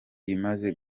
imaze